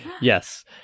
yes